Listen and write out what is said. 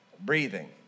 breathing